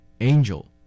Angel